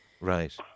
Right